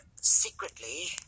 secretly